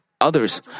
others